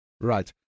Right